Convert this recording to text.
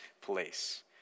place